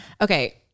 okay